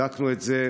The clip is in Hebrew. בדקנו את זה,